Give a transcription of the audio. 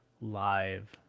live